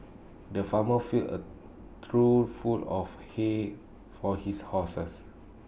the farmer filled A trough full of hay for his horses